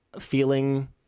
feeling